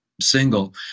single